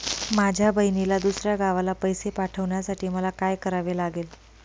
माझ्या बहिणीला दुसऱ्या गावाला पैसे पाठवण्यासाठी मला काय करावे लागेल?